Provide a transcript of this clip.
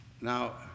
Now